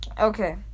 Okay